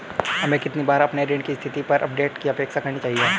हमें कितनी बार अपने ऋण की स्थिति पर अपडेट की अपेक्षा करनी चाहिए?